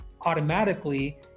automatically